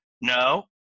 No